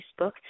Facebook